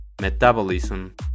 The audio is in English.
metabolism